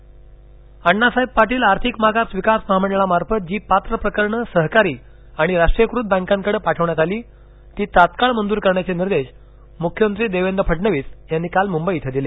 आढावा अण्णासाहेब पाटील आर्थिक मागास विकास महामंडळामार्फत जी पात्र प्रकरणे सहकारी आणि राष्ट्रीयकृत बँकांकडे पाठविण्यात आली ती तात्काळ भंजूर करण्याचे निर्देश मुख्यमंत्री देवेंद्र फडणवीस यांनी काल मुंबई इथं दिले